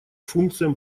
функциям